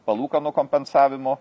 palūkanų kompensavimu